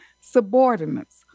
subordinates